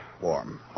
warm